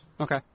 Okay